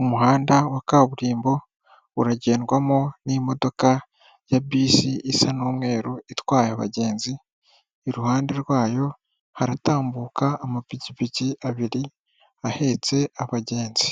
Umuhanda wa kaburimbo uragendwamo n'imodoka ya bisi isa n'umweru itwaye abagenzi, iruhande rwayo haratambuka amapikipiki abiri ahetse abagenzi,